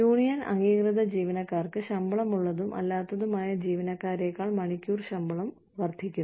union അംഗീകൃത ജീവനക്കാർക്ക് ശമ്പളമുള്ളതും അല്ലാത്തതുമായ ജീവനക്കാരേക്കാൾ മണിക്കൂർ ശമ്പളം വർദ്ധിക്കുന്നു